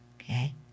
Okay